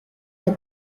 che